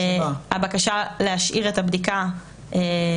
אני מדברת על הבקשה להשאיר את הבדיקה בכניסה